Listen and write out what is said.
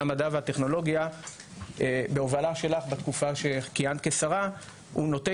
המדע והטכנולוגיה בהובלה שלך בתקופה שכיהנת כשרה נוטה